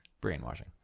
Brainwashing